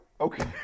Okay